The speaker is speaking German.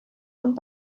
und